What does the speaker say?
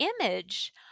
image